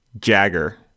jagger